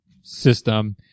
system